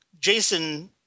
Jason